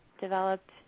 developed